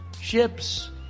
ships